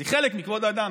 אז הוא חלק מכבוד האדם,